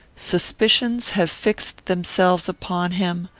suspicions have fixed themselves upon him,